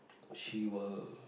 she will